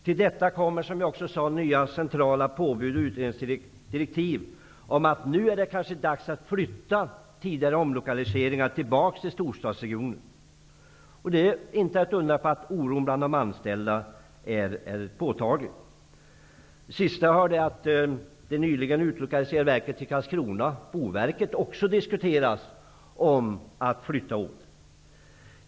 Till detta kommer också, som jag tidigare sade, nya centrala påbud och utredningsdirektiv om att det nu kanske är dags att flytta tidigare omlokaliserade verk tillbaka till storstadsregionerna. Det är inte att undra på att oron bland de anställda är påtaglig. Det senaste som jag hörde är att det nyligen utlokaliserade verket till Karlskrona, Boverket, också är föremål för diskussion som gäller en eventuell flyttning.